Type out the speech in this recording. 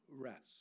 rest